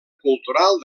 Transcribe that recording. cultural